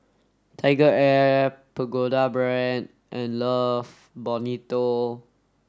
TigerAir Pagoda Brand and Love Bonito